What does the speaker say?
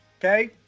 okay